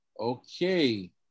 Okay